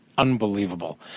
unbelievable